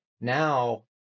Now